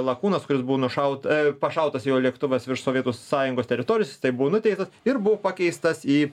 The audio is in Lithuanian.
lakūnas kuris buvo nušauta pašautas jo lėktuvas virš sovietų sąjungos teritorijos jisai buvo nuteistas ir buvo pakeistas į